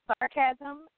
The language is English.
sarcasm